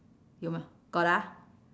有吗 got ah